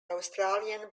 australian